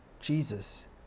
Jesus